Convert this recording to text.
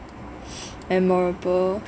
memorable